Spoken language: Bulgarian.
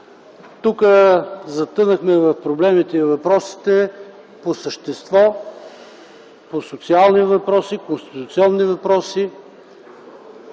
Тук затънахме в проблемите и въпросите по същество по социални въпроси, конституционни въпроси,